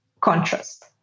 contrast